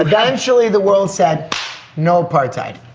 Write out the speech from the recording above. eventually the world said no apartheid,